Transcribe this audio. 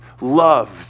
loved